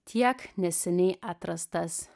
tiek neseniai atrastas